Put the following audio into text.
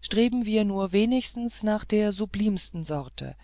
streben wir nur wenigstens nach der sublimsten sorte